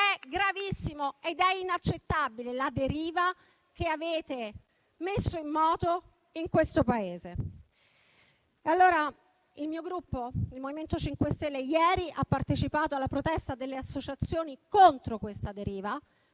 gravissima e inaccettabile la deriva che avete messo in moto in questo Paese. Il mio Gruppo, il MoVimento 5 Stelle, ieri ha partecipato alla protesta delle associazioni contro questa deriva,